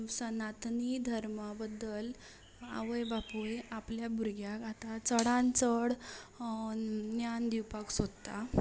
सनातनी धर्मा बद्दल आवय बापूय आपल्या भुरग्याक आतां चडान चड ज्ञान दिवपाक सोदता